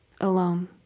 alone